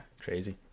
Crazy